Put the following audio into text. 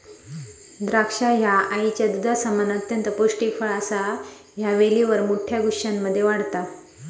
द्राक्षा ह्या आईच्या दुधासमान अत्यंत पौष्टिक फळ असा ह्या वेलीवर मोठ्या गुच्छांमध्ये वाढता